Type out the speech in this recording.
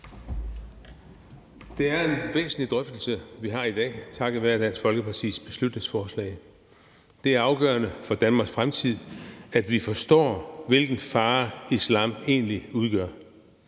Det er en væsentlig drøftelse, vi har i dag takket være Dansk Folkepartis beslutningsforslag. Det er afgørende for Danmarks fremtid, at vi forstår, hvilken fare islam egentlig udgør.